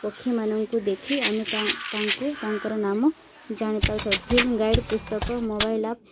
ପକ୍ଷୀମାନଙ୍କୁ ଦେଖି ଆମେ ତା' ତାଙ୍କୁ ତାଙ୍କର ନାମ ଜାଣିପାରିଥାଉ ଫିଲ୍ମ ଗାଇଡ଼ ପୁସ୍ତକ ମୋବାଇଲ୍ ଆପ୍